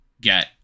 get